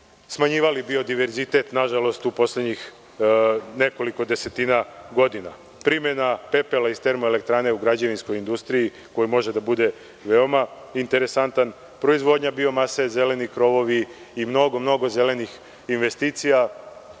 smanjivali biodiverzitet, koji je nažalost u poslednjih nekoliko desetina godina ugrožen. Primena pepela iz termoeletrane u građevinskoj industriji koji može da bude veoma interesantan, proizvodnja biomase, zeleni krovovi i mnogo zelenih investicija